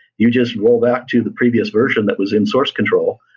you just roll back to the previous version that was in source control,